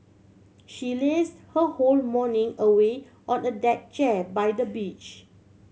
she laze her whole morning away on a deck chair by the beach